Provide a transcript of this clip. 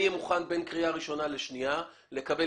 אני אהיה מוכן בין קריאה ראשונה לשנייה לקבל